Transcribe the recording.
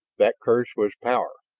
that curse was power,